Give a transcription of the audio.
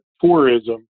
tourism